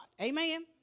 Amen